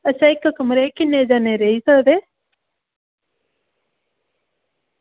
अच्छा इक्क कमरे ई किन्ने जनें रेही सकदे